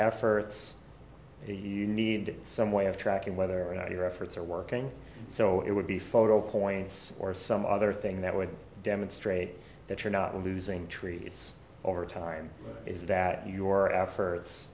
efforts you need some way of tracking whether or not your efforts are working so it would be photo points or some other thing that would demonstrate that you're not losing tree it's over time is that your efforts